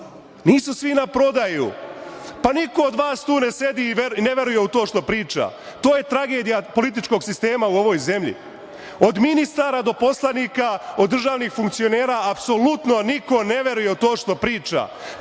nisu svi na prodaju. Pa, niko od vas tu ne sedi i ne veruje u to što priča. To je tragedija političkog sistema u ovoj zemlji. Od ministara, do poslanika, od državnih funkcionera, apsolutno niko ne veruje u to što priča.